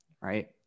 right